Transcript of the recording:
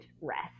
rest